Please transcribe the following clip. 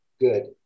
good